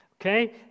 okay